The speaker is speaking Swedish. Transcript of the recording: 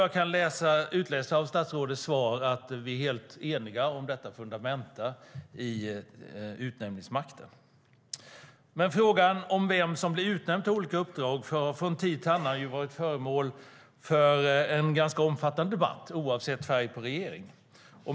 Jag kan utläsa av statsrådets svar att vi är helt eniga om dessa fundamenta i utnämningsmakten. Frågan om vem som blir utnämnd till olika uppdrag från tid till annan har varit föremål för en ganska omfattande debatt, oavsett färg på regering.